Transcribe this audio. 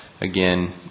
again